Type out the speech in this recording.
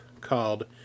called